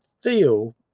feel